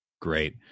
Great